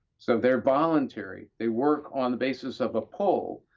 so they're voluntary. they work on the basis of a pull,